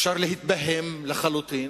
אפשר להתבהם לחלוטין.